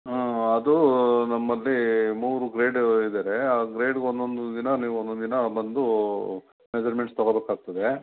ಹ್ಞೂ ಅದು ನಮ್ಮಲ್ಲಿ ಮೂರು ಗ್ರೇಡ್ ಇದ್ದಾರೆ ಆ ಗ್ರೇಡ್ಗೆ ಒಂದೊಂದು ದಿನ ನೀವು ಒಂದೊಂದು ದಿನ ಬಂದು ಮೆಸರ್ಮೆಂಟ್ಸ್ ತಗೋಬೇಕಾಗ್ತದೆ